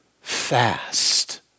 fast